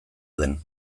den